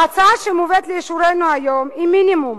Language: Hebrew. ההצעה שמובאת לאישורנו היום היא מינימום.